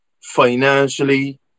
financially